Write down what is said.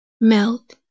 melt